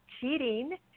Cheating